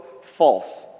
false